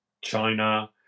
China